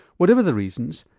whatever the reasons,